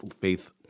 faith